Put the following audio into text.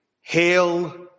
Hail